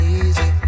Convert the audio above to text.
easy